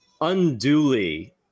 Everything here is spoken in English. unduly